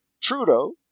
Trudeau